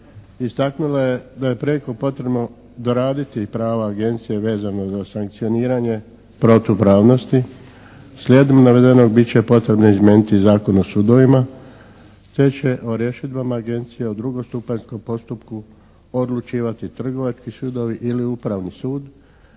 Istaknula je da je prijeko potrebno doraditi prava Agencije vezano za sankcioniranje protupravnosti. Slijedom navedenog bit će potrebno izmijeniti Zakon o sudovima, te će o rješidbama Agencije u drugostupanjskom postupku odlučivati trgovački sudovi ili upravni sud